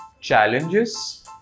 challenges